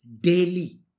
daily